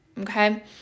okay